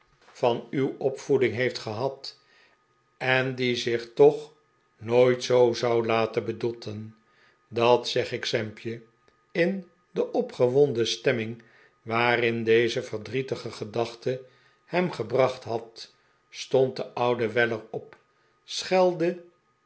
van uw opvoeding heeft gehad en die zich toch nooit zoo zou laten bedotten dat zeg ik sampje in de opgewonden stemming waarin deze verdrietige gedachte hem gebracht had stond de oude weller op schelde